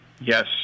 Yes